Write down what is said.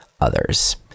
others